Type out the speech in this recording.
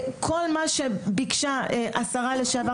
כל מה שביקשה השרה לשעבר,